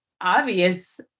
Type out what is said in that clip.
obvious